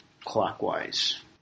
clockwise